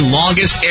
longest